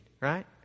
right